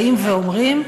באים ואומרים: